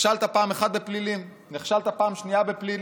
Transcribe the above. נכשלת פעם אחת בפלילים, נכשלת פעם שנייה בפלילים,